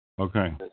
Okay